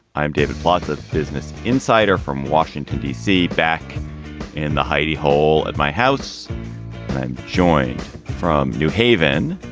i'm david plotz of business insider from washington, d c. back in the hidy hole at my house, i'm joined from new haven